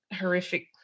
horrific